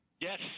Yes